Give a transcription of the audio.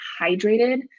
hydrated